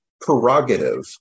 prerogative